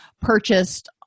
purchased